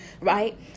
right